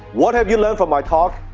what have you learned from my talk,